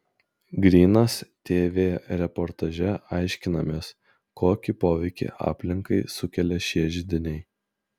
grynas tv reportaže aiškinamės kokį poveikį aplinkai sukelia šie židiniai